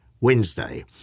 Wednesday